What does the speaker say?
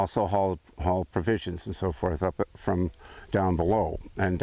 haul provisions and so forth up from down below and